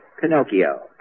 Pinocchio